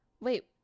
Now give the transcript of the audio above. wait